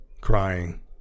crying